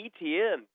ETN